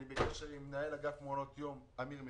אני בקשר עם מנהל אגף מעונות יום, אמיר מדינה,